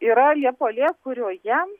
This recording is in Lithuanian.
yra liepų alėja kurioje